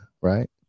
right